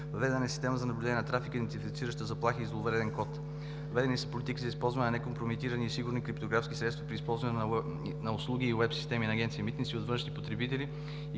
въведена е система за наблюдение на трафика, идентифицираща заплахи и зловреден код; въведени са политики за използване на некомпрометирани и сигурни криптографски средства при използване на уеб услуги и уеб системи на Агенция „Митници“ от външни потребители